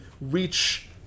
reach